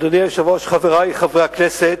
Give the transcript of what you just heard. אדוני היושב-ראש, חברי חברי הכנסת,